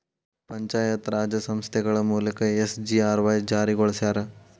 ಪಂಚಾಯತ್ ರಾಜ್ ಸಂಸ್ಥೆಗಳ ಮೂಲಕ ಎಸ್.ಜಿ.ಆರ್.ವಾಯ್ ಜಾರಿಗೊಳಸ್ಯಾರ